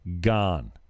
gone